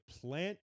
plant